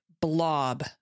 blob